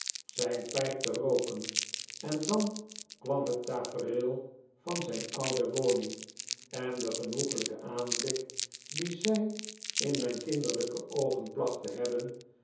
zijn pijp te rooken en dan kwam het tafereel van zijn oude woning en den genoeglijken aanblik dien zij in mijn kinderlijke oogen placht te hebben